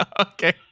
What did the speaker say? Okay